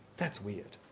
that's weird.